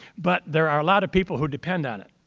but there are a lot of people who depend on it.